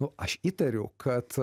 nu aš įtariu kad